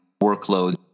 workload